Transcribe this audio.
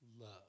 love